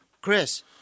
Chris